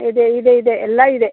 ಇದೆ ಇದೆ ಇದೆ ಎಲ್ಲ ಇದೆ